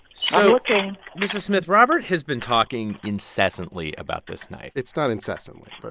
so. i'm looking mrs. smith, robert has been talking incessantly about this knife it's not incessantly. but.